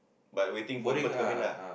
but waiting for people to come in ah